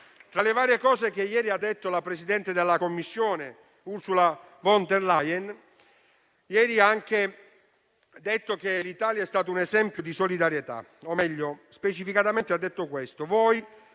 Tra le varie cose che ieri ha detto la presidente della Commissione Ursula von der Leyen, ha anche affermato che l'Italia è stata un esempio di solidarietà.